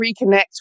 reconnect